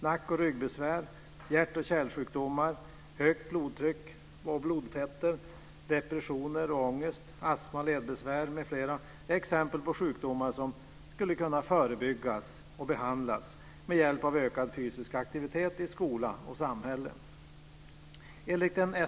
Nack och ryggbesvär, hjärt-kärlsjukdomar, högt blodtryck och höga blodfetter, depressioner och ångest, astma och ledbesvär är exempel på sjukdomar som skulle kunna förebyggas och behandlas med hjälp av ökad fysisk aktivitet i skola och samhälle.